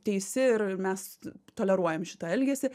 teisi ir mes toleruojam šitą elgesį